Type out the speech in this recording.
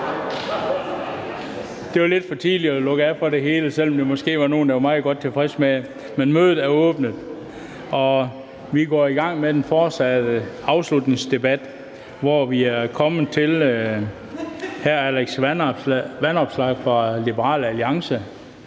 Det var lidt for tidligt at lukke af for det hele, selv om der måske var nogen, der ville være meget godt tilfreds med det. Vi fortsætter afslutningsdebatten, hvor vi er kommet til hr. Alex Vanopslagh fra Liberal Alliance